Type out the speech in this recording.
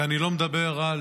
ואני לא מדבר על